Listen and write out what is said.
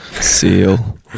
Seal